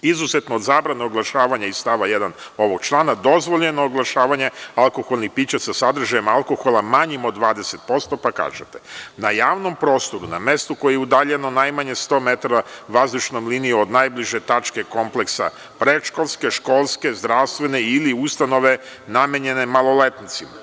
Izuzetno, od zabrane oglašavanja iz stava 1. ovog člana, dozvoljeno oglašavanje alkoholnih pića, sa sadržajem alkohola manjim od 20%, pa kaže – na javnom prostoru, na mestu koje je udaljeno najmanje 100 metara vazdušnom linijom od najbliže tačke kompleksa predškolske, školske, zdravstvene ili ustanove namenjene maloletnicima.